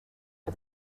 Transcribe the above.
for